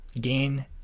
gain